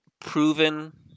proven